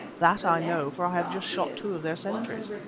that i know, for i have just shot two of their sentries,